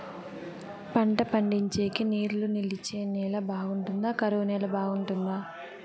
పంట పండించేకి నీళ్లు నిలిచే నేల బాగుంటుందా? కరువు నేల బాగుంటుందా?